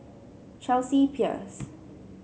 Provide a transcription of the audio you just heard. Chelsea Peers